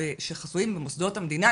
שחסויים במוסדות המדינה,